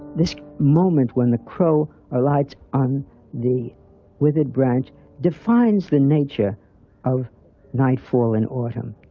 this moment when the crow alights on the withered branch defines the nature of nightfall in autumn.